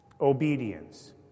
Obedience